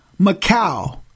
Macau